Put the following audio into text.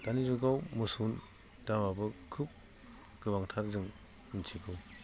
दानि जुगाव मोसौनि दामआबो खोब गोबांथार जों मिन्थिगौ